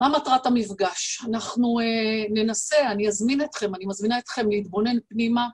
מה מטרת המפגש? אנחנו ננסה, אני אזמין אתכם, אני מזמינה אתכם להתבונן פנימה.